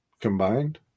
Combined